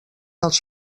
als